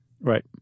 Right